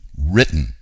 written